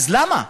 למה?